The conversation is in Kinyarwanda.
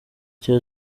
cya